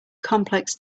complex